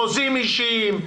חוזים אישיים,